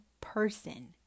person